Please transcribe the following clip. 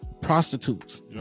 Prostitutes